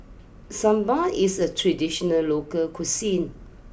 Sambar is a traditional local cuisine